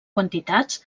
quantitats